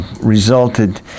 resulted